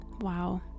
Wow